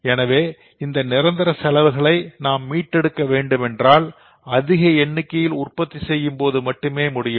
எனவே இந்த நிரந்தர செலவுகளை நாம் மீட்டெடுக்க வேண்டும் என்றால் அதிக எண்ணிக்கையில் உற்பத்தி செய்யும்போது மட்டுமே முடியும்